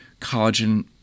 collagen